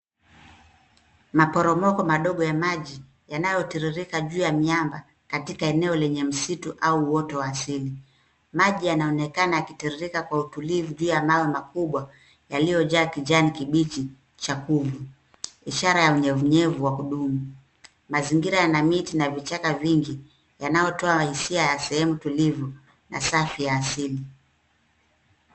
Maporomoko madogo ya maji yanayotiririka juu ya miamba katika eneo lenye msitu au uoto wa asili. Maji yanaonekana yakitiririka kwa utukivu juu ya mawe makubwa yaliyojaa kijani kibichi cha kuvu ishara ya unyevunyevu wa kudumu. Mzingira yana miti na vichaka vingi yanayotoa hisia ya sehemu tulivu na safi ya asili.